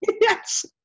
Yes